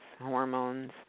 hormones